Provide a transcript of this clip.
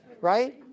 right